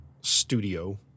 studio